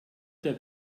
der